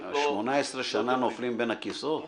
18 שנים נופלים בין הכיסאות?